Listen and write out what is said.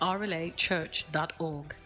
rlachurch.org